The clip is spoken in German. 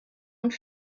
und